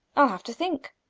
i'll have to think.